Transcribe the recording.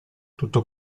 tutto